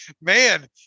man